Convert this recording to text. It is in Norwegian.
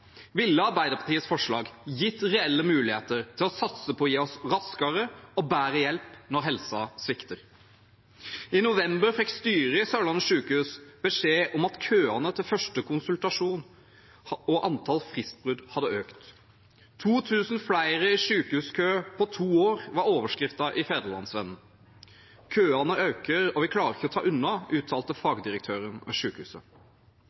ville Arbeiderpartiets forslag gitt reelle muligheter til å satse på å gi oss raskere og bedre hjelp når helsa svikter. I november fikk styret ved Sørlandet sykehus beskjed om at køene til første konsultasjon og antall fristbrudd hadde økt. «2 000 flere i sykehuskø på to år», var overskriften i Fædrelandsvennen. «Køene øker og vi klarer ikke å ta unna», uttalte